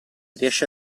riesci